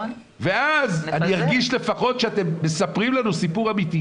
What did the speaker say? ואז אני ארגיש לפחות שאתם מספרים לנו סיפור אמיתי.